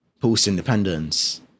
post-independence